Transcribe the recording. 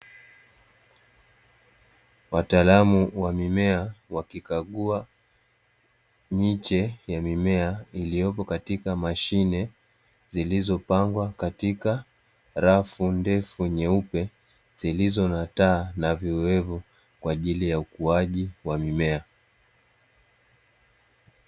Wataalamu wa mimea wakikagua miche ya mimea, iliyopo katika mashine zilizopangwa katika rafu ndefu nyeupe zilizo na taa na viuwevo kwa ajili ya ukuwaji wa mimea.